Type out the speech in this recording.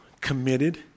committed